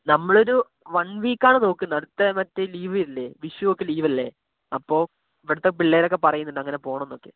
നമ്മൾ ഒരു വൺ വീക്കാണ് നോക്കുന്നത് അടുത്ത മറ്റേ ലീവില്ലേ വിഷു ഒക്കെ ലീവല്ലെ അപ്പോൾ ഇവിടുത്തെ പിള്ളേരൊക്കെ പറയുന്നുണ്ട് അങ്ങനെ പോകണം എന്നൊക്കെ